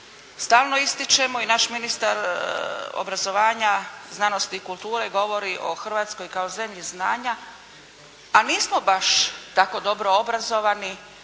Stalno ističemo i naš ministar obrazovanja, znanosti i kulture govori o Hrvatskoj kao o zemlji znanja a nismo baš tako dobro obrazovani.